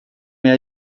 jag